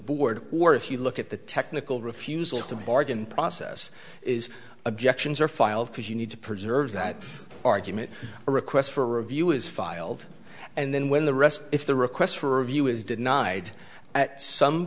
board or if you look at the technical refusal to bargain process is objections are filed because you need to preserve that argument a request for review is filed and then when the rest if the request for review is denied at some